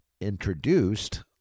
introduced